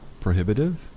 prohibitive